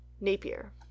napier